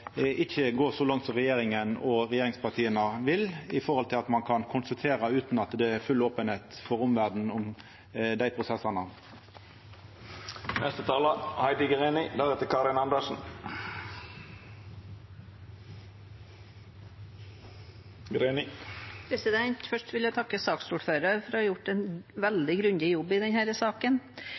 gå så langt som regjeringa og regjeringspartia vil når det gjeld å kunna konsultera utan at det er full openheit for omverda om dei prosessane. Først vil jeg takke saksordføreren for å ha gjort en veldig grundig jobb i denne saken. Som saksordføreren var inne på, er det andre runde vi har med denne proposisjonen i Stortinget. Den